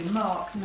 mark